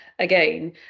again